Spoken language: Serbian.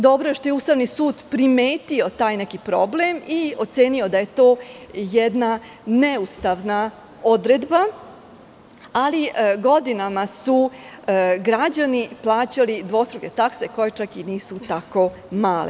Dobro je što je Ustavni sud primetio taj neki problem i ocenio da je to jedna neustavna odredba, ali godinama su građani plaćali dvostruke takse koje čak i nisu tako male.